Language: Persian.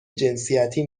جنسیتی